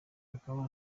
akaba